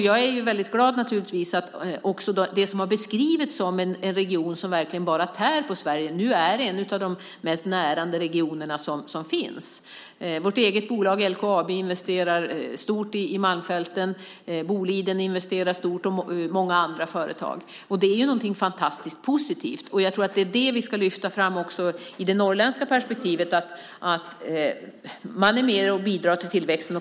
Jag är naturligtvis väldigt glad att det som har beskrivits som en region som verkligen bara tär på Sverige nu är en av de mest närande regioner som finns. Vårt eget bolag LKAB investerar stort i Malmfälten. Boliden investerar stort, och så gör många andra företag. Det är ju någonting fantastiskt positivt. Jag tror att det är det vi också ska lyfta fram i det norrländska perspektivet, att man är med och bidrar till tillväxten.